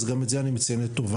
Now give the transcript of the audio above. אז גם את זה אני מציין לטובה.